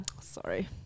sorry